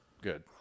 good